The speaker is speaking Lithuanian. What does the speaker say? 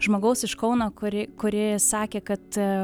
žmogaus iš kauno kuri kuri sakė kad